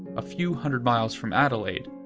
a few hundred miles from adelaide,